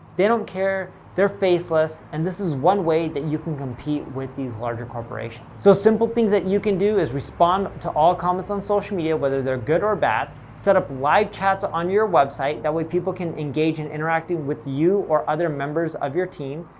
they don't care, they're faceless, and this is one way that you can compete with these larger corporations. so simple things that you can do is respond to all comments on social media, whether they're good or bad, set up live chats on your website, that way people can engage and interact with you or other members of your team.